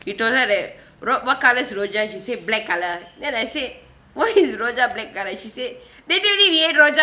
you told her that ro~ what colour is rojak she said black colour then I said why is rojak black colour she said dad and me we had rojak